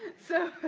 so,